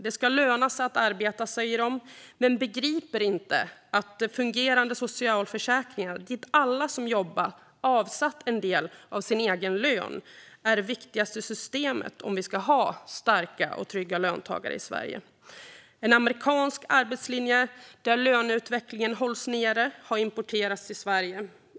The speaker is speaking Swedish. Det ska löna sig att arbeta, säger de, men de begriper inte att fungerande socialförsäkringar dit alla som jobbar har avsatt en andel av sin egen lön är det viktigaste systemet om vi ska ha starka och trygga löntagare i Sverige. En amerikansk arbetslinje där löneutvecklingen hålls nere har importerats till Sverige.